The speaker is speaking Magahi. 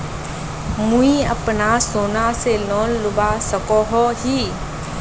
मुई अपना सोना से लोन लुबा सकोहो ही?